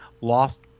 lost